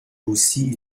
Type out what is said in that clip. aussi